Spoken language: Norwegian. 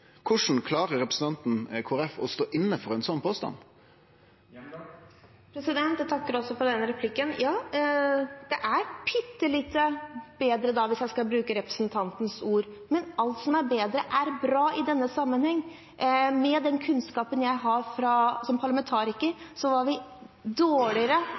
klarer representanten for Kristeleg Folkeparti å stå inne for ein slik påstand? Jeg takker også for denne replikken. Ja, det er bitte litt bedre – hvis jeg skal bruke representantens ord – men alt som er bedre, er bra i denne sammenheng. Med den kunnskapen jeg har som parlamentariker, var vi dårligere